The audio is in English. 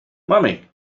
mommy